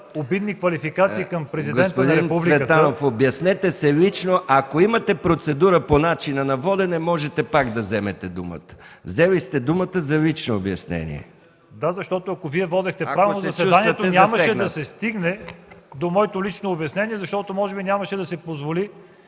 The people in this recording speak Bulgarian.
обидни квалификации към президента на Републиката. ПРЕДСЕДАТЕЛ МИХАИЛ МИКОВ: Господин Цветанов, обяснете се лично. Ако имате процедура по начина на водене – можете пак да вземете думата. Взели сте думата за лично обяснение. ЦВЕТАН ЦВЕТАНОВ: Да, защото ако Вие водехте правилно заседанието нямаше да се стигне до моето лично обяснение, защото може би нямаше да се позволи